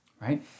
right